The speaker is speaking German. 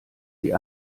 die